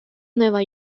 nueva